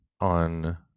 on